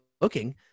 looking –